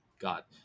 got